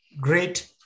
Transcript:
Great